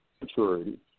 maturity